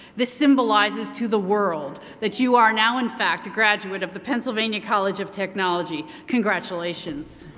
this symbolizes to the world that you are now in fact a graduate of the pennsylvania college of technology. congratulations.